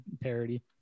parody